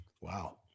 wow